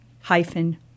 hyphen